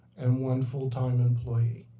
and one full-time employee,